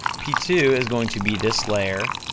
p two is going to be this layer,